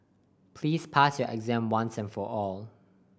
please pass your exam once and for all